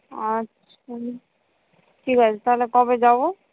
আচ্ছা ঠিক আছে তাহলে কবে যাবো